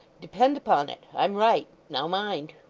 depend upon it, i'm right. now, mind